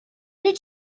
did